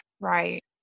Right